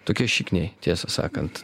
tokie šikniai tiesą sakant